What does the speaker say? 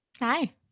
Hi